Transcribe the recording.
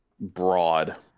broad